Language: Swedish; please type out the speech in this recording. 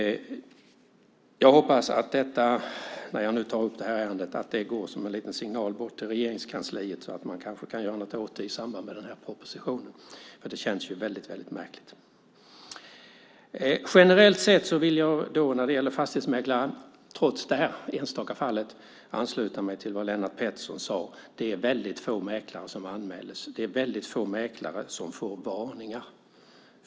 Jag hoppas att detta, när jag nu tar upp det här ärendet, går som en liten signal bort till Regeringskansliet, så att man kanske kan göra något åt det i samband med den här propositionen. Det känns väldigt märkligt. Generellt sett vill jag när det gäller fastighetsmäklare, trots det här enstaka fallet, ansluta mig till vad Lennart Pettersson sade. Det är väldigt få mäklare som anmäls, och det är väldigt få mäklare som får varningar.